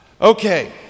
Okay